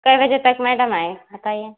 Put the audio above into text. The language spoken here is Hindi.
कै बजे तक मैडम आएं बताइए